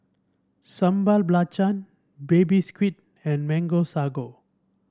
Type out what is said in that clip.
Sambal Belacan Baby Squid and Mango Sago